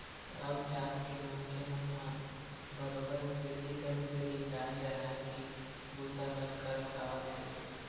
राउत जात के मनखे मन ह बरोबर पीढ़ी दर पीढ़ी गाय चराए के बूता ल करत आवत हे